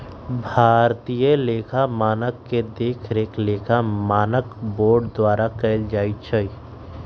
भारतीय लेखा मानक के देखरेख लेखा मानक बोर्ड द्वारा कएल जाइ छइ